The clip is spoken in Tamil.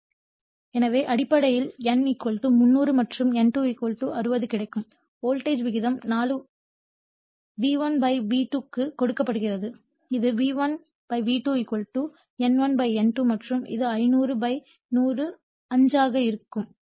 எனவே அடிப்படையில் N1 300 மற்றும் N2 60 கிடைக்கும் வோல்டேஜ் விகிதம் V1 V2க்கு கொடுக்கப்படுகிறது இது V1 V2 N1 N2 மற்றும் இது 500 100 5 ஆக இருக்கும்